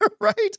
right